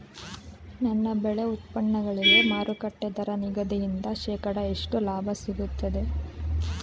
ನನ್ನ ಬೆಳೆ ಉತ್ಪನ್ನಗಳಿಗೆ ಮಾರುಕಟ್ಟೆ ದರ ನಿಗದಿಯಿಂದ ಶೇಕಡಾ ಎಷ್ಟು ಲಾಭ ಸಿಗುತ್ತದೆ?